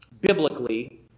biblically